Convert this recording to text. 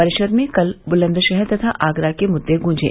परिषद में कल बुलंदशहर तथा आगरा के मुद्दे गुँजे